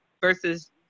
versus